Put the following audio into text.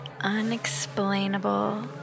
unexplainable